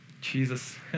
Jesus